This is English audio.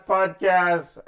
Podcast